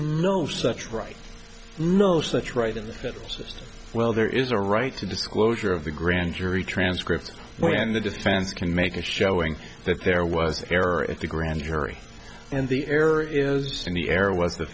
no such right no such right in the fitness well there is a right to disclosure of the grand jury transcripts when the defense can make a showing that there was error at the grand jury and the error is just in the air was the